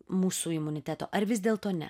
mūsų imuniteto ar vis dėlto ne